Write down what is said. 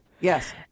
Yes